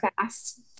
fast